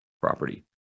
property